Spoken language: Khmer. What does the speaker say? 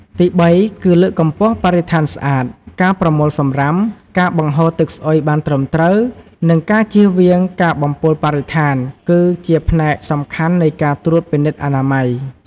ទីបី គឺ លើកកម្ពស់បរិស្ថានស្អាត ការប្រមូលសំរាម ការបង្ហូរទឹកស្អុយបានត្រឹមត្រូវ និងការជៀសវាងការបំពុលបរិស្ថាន គឺជាផ្នែកសំខាន់នៃការត្រួតពិនិត្យអនាម័យ។